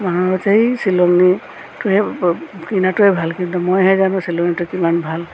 চিলনিটোৱে কিনাটোৱে ভাল কিন্তু মইহে জানো চিলনিটো কিমান ভাল